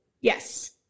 Yes